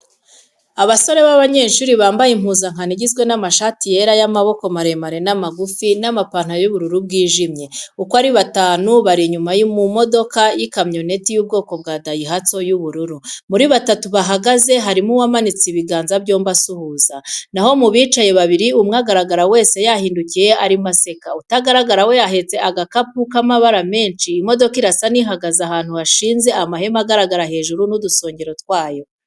Abasore b'abanyeshuri bambaye impuzankano igizwe n'amashati yera y'amaboko maremare n'amagufi n'amapantaro y'ubururu bwijimye. Uko ari batanu bari inyuma mu modoka y'ikamyoneti y'ubwoko bwa "DAIHATSU" y'ubururu. Muri batatu bahagaze harimo uwamanitse ibiganza byombi asuhuza, naho mu bicaye babiri, umwe ugaragara wese yahindukiye arimo araseka, utagaragara we ahetse agakapu k'amabara menshi. Imodoka irasa n'ihagaze ahantu hashinze amahema agaragara hejuru n'udusongero twayo.